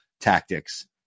tactics